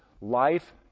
life